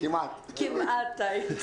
כמו הרבה תחומים